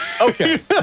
okay